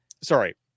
sorry